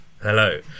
Hello